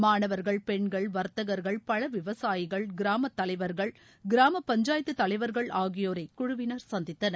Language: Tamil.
மாணவர்கள் பெண்கள் வர்த்தகர்கள் பழ விவசாயிகள் கிராம தலைவர்கள் கிராம பஞ்சாயத்து தலைவர்கள் ஆகியோரை குழுவினர் சந்தித்தனர்